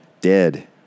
dead